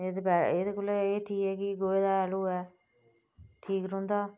एह्दे कोला एह् ठीक होंदा जे गोहे दा हैल होऐ ठीक रौंह्दा